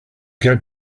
get